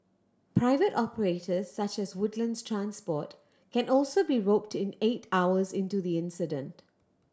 private operators such as Woodlands Transport can also be roped in eight hours into the incident